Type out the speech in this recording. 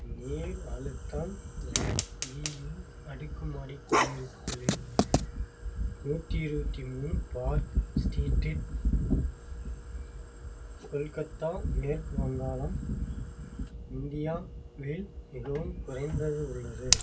நீர் அழுத்தம் lake view அடுக்குமாடி குடியிருப்புகளில் நூற்றி இருபத்தி மூணு பார்க் ஸ்ட்ரீடிட் கொல்கத்தா மேற்கு வங்காளம் இந்தியாவில் மிகவும் குறைந்தது உள்ளது